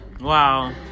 Wow